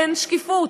אין שקיפות,